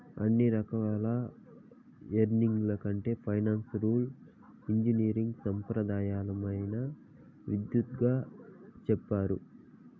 అన్ని రకాల ఎంగినీరింగ్ల కంటే ఫైనాన్సియల్ ఇంజనీరింగ్ సాంప్రదాయమైన విద్యగా సెప్తారు